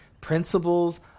principles